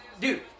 Dude